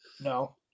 no